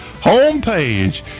homepage